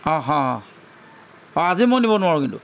অঁহ অঁ অঁ আজি মই নিব নোৱাৰোঁ কিন্তু